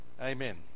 amen